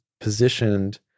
positioned